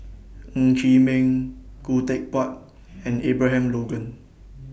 Ng Chee Meng Khoo Teck Puat and Abraham Logan